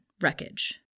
Wreckage